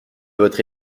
votre